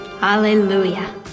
hallelujah